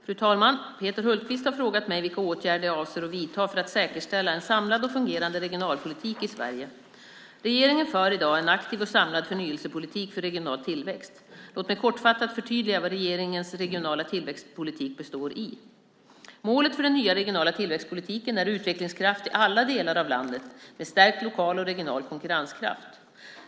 Fru talman! Peter Hultqvist har frågat mig vilka åtgärder jag avser att vidta för att säkerställa en samlad och fungerande regionalpolitik i Sverige. Regeringen för i dag en aktiv och samlad förnyelsepolitik för regional tillväxt. Låt mig kortfattat förtydliga vad regeringens regionala tillväxtpolitik består i. Målet för den nya regionala tillväxtpolitiken är utvecklingskraft i alla delar av landet med stärkt lokal och regional konkurrenskraft.